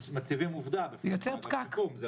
מציבים עובדה בפני אגף שיקום.